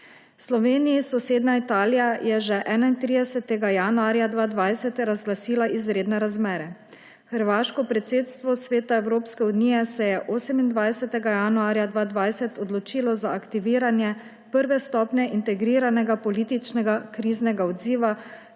Sloveniji sosednja Italija je že 31. januarja 2020 razglasila izredne razmere. Hrvaško predsedstvo Sveta Evropske unije se je 28. januarja 2020 odločilo za aktiviranje prve stopnje integriranega političnega kriznega odziva,